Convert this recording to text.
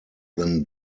than